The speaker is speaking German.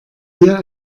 hier